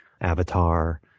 avatar